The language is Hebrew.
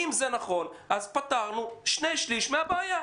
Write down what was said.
אם זה נכון אז פתרנו שני-שלישים מן הבעיה.